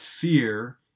fear